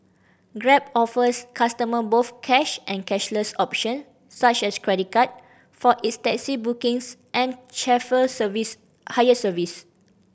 grab offers customer both cash and cashless option such as credit card for its taxi bookings and chauffeur service hire service